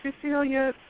Cecilia